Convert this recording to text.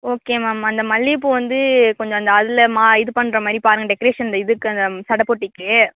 okay ma'am அந்த மல்லிகைப்பூ வந்து கொஞ்சம் அந்த அல்ல மா இது பண்ணுற மாதிரி பாருங்கள் டெக்ரேஷன்ல இதுக்கு அந்த சடை போட்டிக்கு